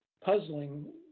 puzzling